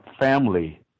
family